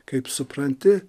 kaip supranti